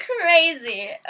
Crazy